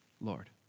Lord